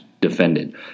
defended